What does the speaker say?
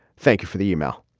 thank you for the email.